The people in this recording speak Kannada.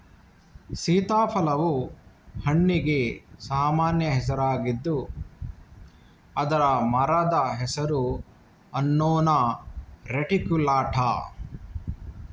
ಸೀತಾಫಲವು ಹಣ್ಣಿಗೆ ಸಾಮಾನ್ಯ ಹೆಸರಾಗಿದ್ದು ಅದರ ಮರದ ಹೆಸರು ಅನ್ನೊನಾ ರೆಟಿಕ್ಯುಲಾಟಾ